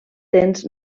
dents